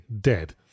dead